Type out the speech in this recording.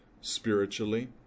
spiritually